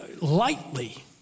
lightly